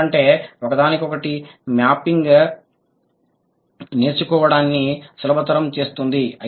ఎందుకంటే ఒకదానికొకటి మ్యాపింగ్ నేర్చుకోవడాన్ని సులభతరం చేస్తుంది